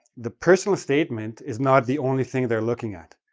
the personal statement is not the only thing they're looking at,